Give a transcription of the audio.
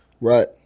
Right